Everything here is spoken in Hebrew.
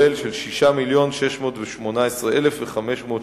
משהתקבל החוק למניעת העישון במקומות